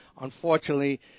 unfortunately